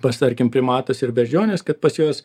pas tarkim primatus ir beždžiones kad pas juos